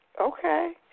Okay